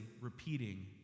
repeating